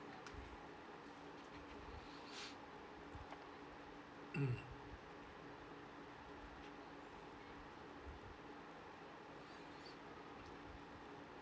mm